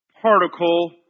particle